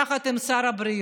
יחד עם שר הבריאות.